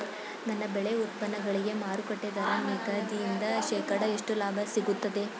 ನನ್ನ ಬೆಳೆ ಉತ್ಪನ್ನಗಳಿಗೆ ಮಾರುಕಟ್ಟೆ ದರ ನಿಗದಿಯಿಂದ ಶೇಕಡಾ ಎಷ್ಟು ಲಾಭ ಸಿಗುತ್ತದೆ?